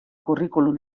curriculum